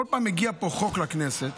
כל פעם מגיע חוק לכנסת,